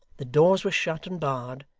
the doors were shut and barred,